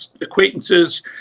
acquaintances